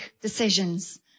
decisions